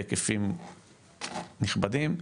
בהיקפים נכבדים,